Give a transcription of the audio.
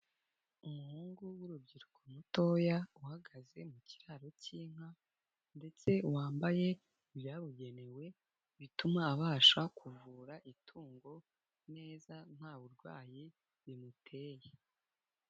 Umuhungu w'urubyiruko mutoya uhagaze mu kiraro cy'inka ndetse wambaye ibyabugenewe, bituma abasha kuvura itungo neza nta burwayi bimuteye.